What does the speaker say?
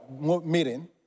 meeting